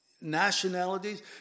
nationalities